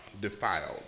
defiled